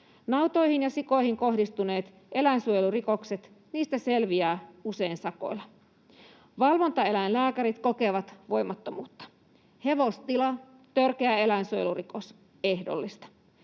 Nautoihin ja sikoihin kohdistuneista eläinsuojelurikoksista selviää usein sakolla. Valvontaeläinlääkärit kokevat voimattomuutta. Hevostila, törkeä eläinsuojelurikos — ehdollista.